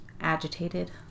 agitated